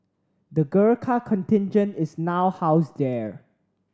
the Gurkha Contingent is now housed there